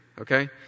Okay